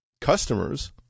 customers